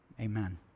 Amen